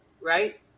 right